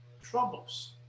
troubles